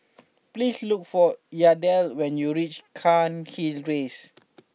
please look for Yadiel when you reach Cairnhill Rise